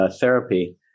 therapy